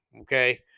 okay